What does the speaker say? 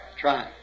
Try